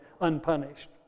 unpunished